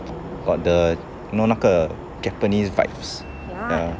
got the you know 那个 japanese vibes